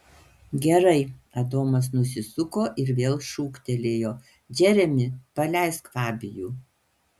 gerai adomas nusisuko ir vėl šūktelėjo džeremi paleisk fabijų